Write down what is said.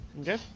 Okay